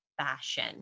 fashion